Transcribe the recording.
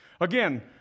Again